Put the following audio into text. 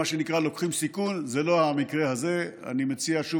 מה שנקרא, לוקחים סיכון.